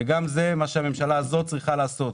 שזה גם מה שהממשלה הזאת צריכה לעשות.